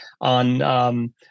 on